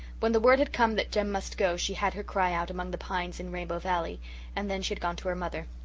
when the word had come that jem must go she had her cry out among the pines in rainbow valley and then she had gone to her mother.